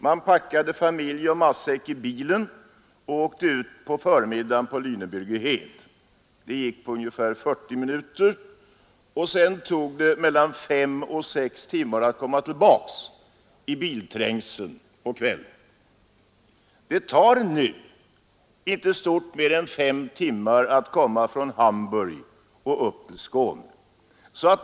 Man packade familj och matsäck i bilen och åkte på förmiddagen ut till Liäneburgheden. Det gick på ungefär 40 minuter. Sedan tog det mellan 5 och 6 timmar att komma tillbaka i bilträngseln på kvällen. Det tar nu inte stort mer än 5 timmar att åka från Hamburg till Skåne.